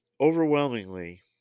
overwhelmingly